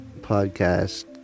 podcast